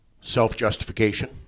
self-justification